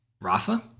Rafa